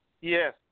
Yes